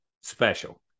special